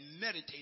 meditate